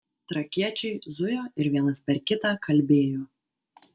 trakiečiai zujo ir vienas per kitą kalbėjo